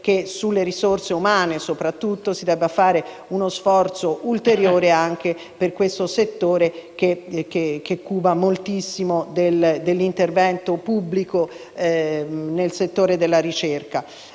sulle risorse umane, si debba fare uno sforzo ulteriore, anche per questo settore che assorbe moltissimo dell'intervento pubblico nel settore della ricerca.